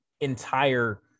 entire